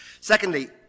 Secondly